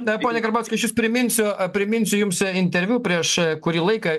pone karbauski aš jums priminsiu priminsiu jums interviu prieš kurį laiką